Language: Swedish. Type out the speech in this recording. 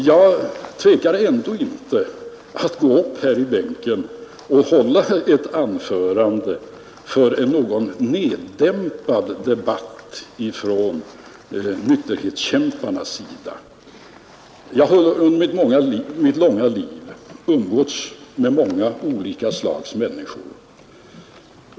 Jag tvekar ändå inte att gå upp här i bänken och hålla ett anförande för en något neddämpad debatt ifrån nykterhetskämparnas sida. Jag har under mitt långa liv umgåtts med många olika slags människor.